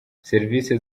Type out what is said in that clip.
serivisi